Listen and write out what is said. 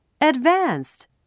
Advanced